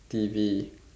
T_V